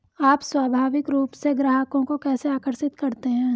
आप स्वाभाविक रूप से ग्राहकों को कैसे आकर्षित करते हैं?